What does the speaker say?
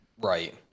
right